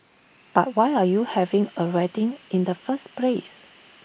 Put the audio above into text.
but why are you having A wedding in the first place